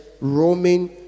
Roaming